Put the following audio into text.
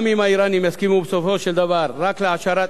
גם אם האירנים יסכימו בסופו של דבר רק להעשרת,